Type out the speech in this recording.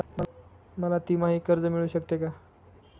मला तिमाही कर्ज मिळू शकते का?